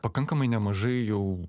pakankamai nemažai jau